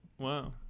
wow